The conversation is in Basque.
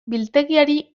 biltegiari